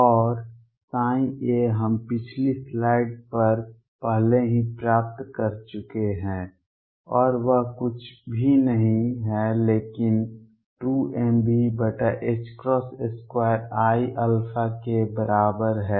और a हम पिछली स्लाइड पर पहले ही प्राप्त कर चुके हैं और वह कुछ भी नहीं है लेकिन 2mV2iα के बराबर है